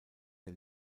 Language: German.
der